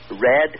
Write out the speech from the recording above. red